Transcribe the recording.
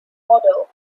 model